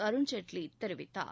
அருண்ஜேட்லி தெரிவித்தார்